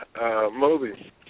Moby